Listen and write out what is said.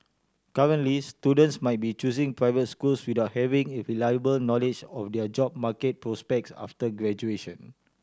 currently students might be choosing private schools without having a reliable knowledge of their job market prospects after graduation